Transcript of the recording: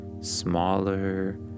smaller